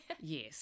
Yes